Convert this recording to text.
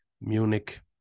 Munich